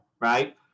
right